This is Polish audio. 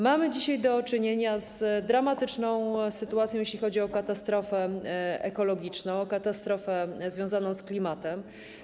Mamy dzisiaj do czynienia z dramatyczną sytuacją, jeśli chodzi o katastrofę ekologiczną, katastrofę związaną z klimatem.